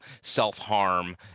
self-harm